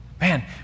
Man